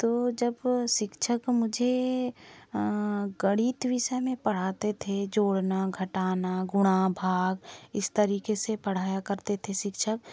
तो जब शिक्षक मुझे गणित विषय में पढ़ाते थे जोड़ना घटाना गुणा भाग इस तरीके से पढ़ाया करते थे शिक्षक